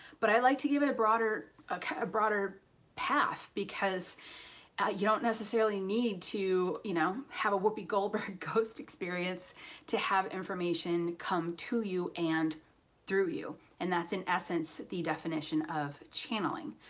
but i like to give it a broader a broader path because you don't necessarily need to, you know, have a whoopi goldberg ghost experience to have information come to you and through you, and that's in essence the definition of channeling.